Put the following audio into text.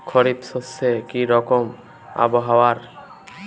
খরিফ শস্যে কি রকম আবহাওয়ার?